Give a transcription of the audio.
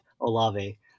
olave